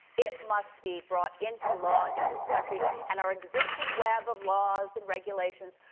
it must be brought into law in this country. and our existing web of laws and regulations,